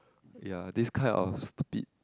ya this kind of stupid